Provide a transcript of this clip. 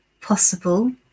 possible